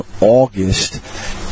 August